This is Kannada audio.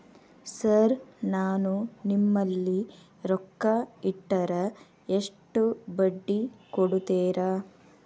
ಸರ್ ನಾನು ನಿಮ್ಮಲ್ಲಿ ರೊಕ್ಕ ಇಟ್ಟರ ಎಷ್ಟು ಬಡ್ಡಿ ಕೊಡುತೇರಾ?